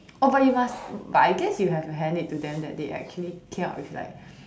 oh but you must but I guess you have to hand it to them that they actually came up with like